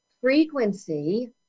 frequency